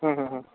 ହଁ ହଁ ହଁ